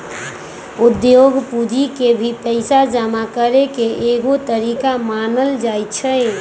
उद्योग पूंजी के भी पैसा जमा करे के एगो तरीका मानल जाई छई